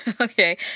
Okay